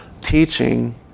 teaching